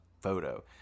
photo